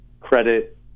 credit